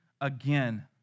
again